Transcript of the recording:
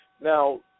Now